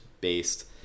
based